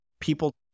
people